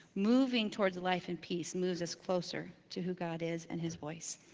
moving towards life and peace moves us closer to who god is and his voice.